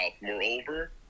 Moreover